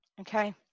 Okay